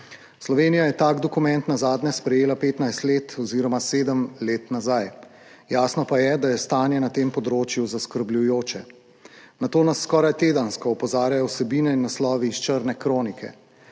Slovenija je tak dokument nazadnje sprejela 15 let oziroma sedem let nazaj. Jasno pa je, da je stanje na tem področju zaskrbljujoče. Na to nas skoraj tedensko opozarjajo vsebine in naslovi iz črne kronike.